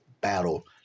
battle